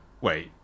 wait